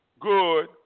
good